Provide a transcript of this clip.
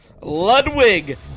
Ludwig